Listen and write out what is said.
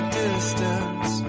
distance